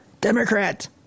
democrat